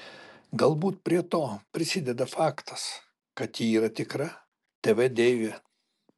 galbūt prie to prisideda faktas kad ji yra tikra tv deivė